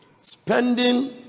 spending